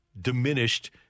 diminished